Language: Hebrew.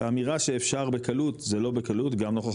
והאמירה שאפשר בקלות זה לא בקלות גם נוכח